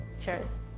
Cheers